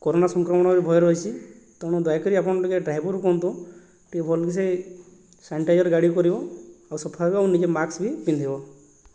corona ସଂକ୍ରମଣର ବି ଭୟ ରହିଛି ତେଣୁ ଦୟାକରି ଆପଣ ଟିକେ ଡ୍ରାଇଭରକୁ କୁହନ୍ତୁ ଟିକେ ଭଲସେ ସାନିଟାଇଜର୍ ଗାଡ଼ିକୁ କରିବ ଆଉ ସଫା ହେବ ଆଉ ନିଜ ମାକ୍ସ ବି ପିନ୍ଧିବ